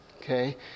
okay